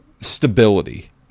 stability